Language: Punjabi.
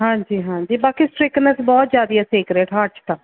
ਹਾਂਜੀ ਹਾਂਜੀ ਬਾਕੀ ਸਟ੍ਰਿਕਨੈੱਸ ਬਹੁਤ ਜ਼ਿਆਦਾ ਹੈ ਸੀਕ੍ਰੇਟ ਹਾਰਟ 'ਚ ਤਾਂ